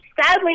Sadly